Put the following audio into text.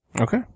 okay